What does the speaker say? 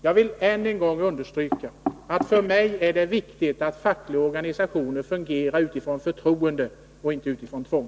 Jag vill än en gång understryka att det för mig är viktigt att fackliga organisationer fungerar på grund av förtroende, och inte på grund av tvång.